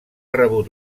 rebut